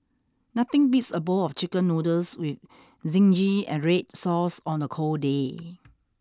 nothing beats a bowl of chicken noodles with Zingy and Red Sauce on a cold day